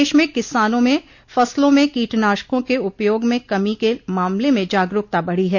देश में किसानों में फसलों में कीटनाशकों के उपयोग में कमी के मामले में जागरूकता बढ़ी है